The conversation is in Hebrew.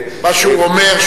מה שהוא אומר,